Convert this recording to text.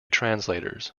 translators